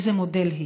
איזה מודל היא,